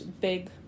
big